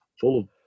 full